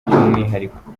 by’umwihariko